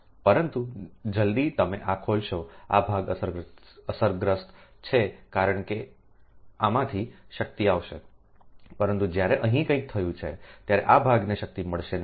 પરંતુ જલદી તમે આ ખોલશો આ ભાગ અસરગ્રસ્ત છે કારણ કે આમાંથી શક્તિ આવશે પરંતુ જ્યારે અહીં કંઈક થયું છે ત્યારે આ ભાગને શક્તિ મળશે નહીં